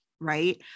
right